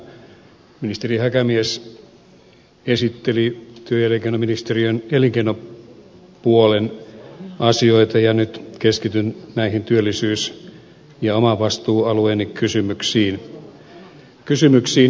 tiistaina ministeri häkämies esitteli työ ja elinkeinoministeriön elinkeinopuolen asioita ja nyt keskityn näihin työllisyys ja oman vastuualueeni kysymyksiin